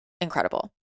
incredible